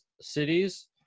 Cities